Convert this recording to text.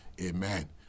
Amen